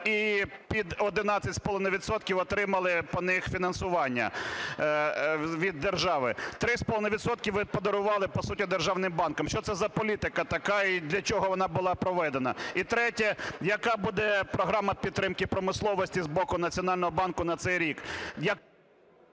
відсотків отримали по них фінансування від держави. 3,5 відсотка ви подарували по суті державним банкам. Що це за політика така і для чого вона була проведена? І третє. Яка буде програма підтримки промисловості з боку Національного банку на цей рік?